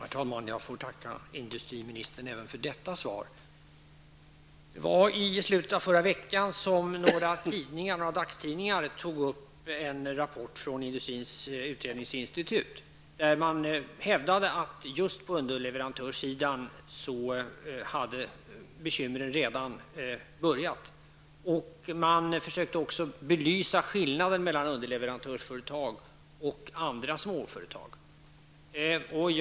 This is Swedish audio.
Herr talman! Jag får tacka industriministern även för detta svar. I slutet av förra veckan tog några dagstidningar upp en rapport från industrins utredningsinstitut, där man hävdar att just på underleverantörssidan har bekymren redan börjat. Man försökte också belysa skillnaden mellan underleverantörsföretag och andra småföretag.